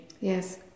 Yes